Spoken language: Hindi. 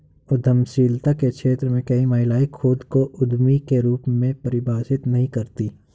उद्यमशीलता के क्षेत्र में कई महिलाएं खुद को उद्यमी के रूप में परिभाषित नहीं करती